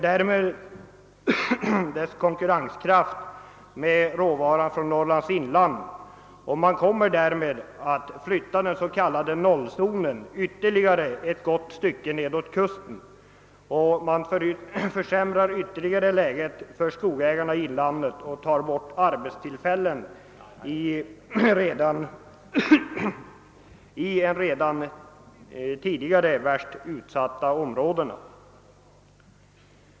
Man ökar dess konkurrenskraft med råvaran från Norrlands inland och flyttar på så sätt den s.k. nollzonen ytterligare ett gott stycke nedåt kusten. Därigenom försämras läget för skogsägarna i inlandet ytterligare och arbetstillfällena minskar i de redan tidigare värst utsatta områdena.